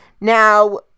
Now